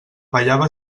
ballava